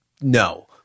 No